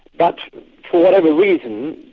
but for whatever reason,